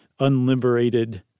unliberated